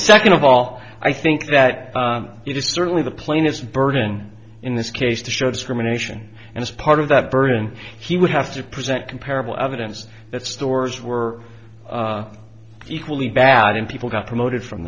second of all i think that it is certainly the plaintiffs burden in this case to show discrimination and as part of that burden he would have to present comparable evidence that stores were equally bad and people got promoted from